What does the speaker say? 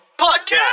podcast